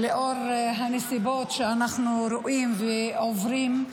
בנסיבות שאנחנו רואים ועוברים.